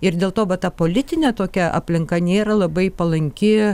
ir dėl to va ta politinė tokia aplinka nėra labai palanki